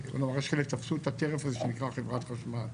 תפסו את הטרף הזה שנקרא חברת חשמל.